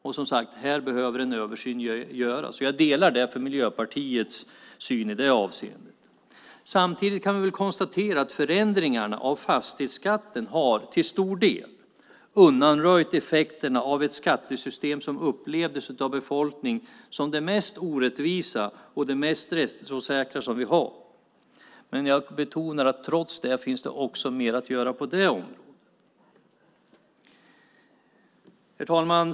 Här behöver, som sagt, en översyn göras. Jag delar därför Miljöpartiets syn i det avseendet. Samtidigt kan vi väl konstatera att förändringarna av fastighetsskatten till stor del har undanröjt effekterna av ett skattesystem som av befolkningen upplevts som det mest orättvisa och det mest rättsosäkra systemet. Jag betonar att det trots det som gjorts finns mer att göra också på det området. Herr talman!